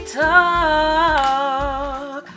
talk